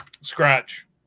scratch